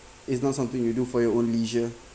it's not something you do for your own leisure